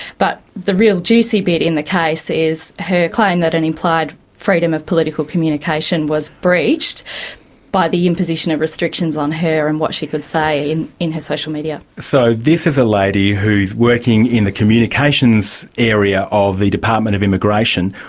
but the real juicy bit in the case is her claim that an implied freedom of political communication was breached by the imposition of restrictions on her and what she could say in in her social media. so this is a lady who's working in the communications area of the department of immigration.